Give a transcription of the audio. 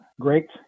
great